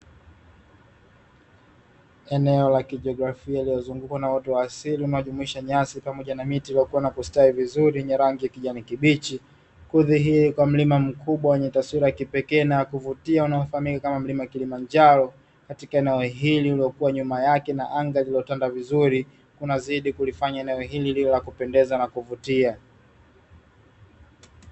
Eneo la kijiografia lililo zungukwa na uoto wa asili unaojumuisha nyasi pamoja na miti iliyokua na kustawi vizuri yenye rangi ya kijani kibichi, kudhihiri kwa mlima mkubwa wenye taswira ya kipekee na ya kuvutia unao fahamika kama mlima Kilimanjaro, katika eneo hili ulio kua nyuma yake na anga lililo tanda vizuri, unazidi kulifanya eneo hili liwe la kupendeza na la kuvutia.